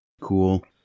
cool